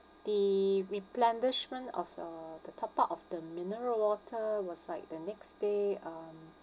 the replenishment of uh the top up of the mineral water was like the next day um